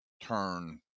turn